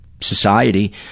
society